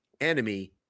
enemy